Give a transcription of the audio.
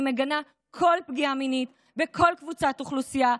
אני מגנה כל פגיעה מינית בכל קבוצת אוכלוסייה,